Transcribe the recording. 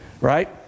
right